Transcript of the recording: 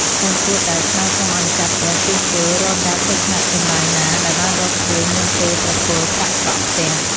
សិស្សគួរតែស្នើសុំឱ្យម្ចាស់ផ្ទះជួសជុលរាល់ការខូចខាតទាំងឡាយណាដែលបានរកឃើញមុនពេលប្រគល់ប្រាក់កក់ផ្ទះ។